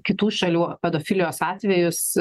kitų šalių pedofilijos atvejus